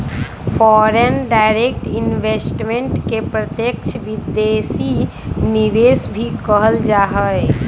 foreign direct investment के प्रत्यक्ष विदेशी निवेश भी कहल जा हई